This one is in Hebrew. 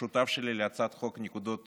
השותף שלי להצעת חוק נקודות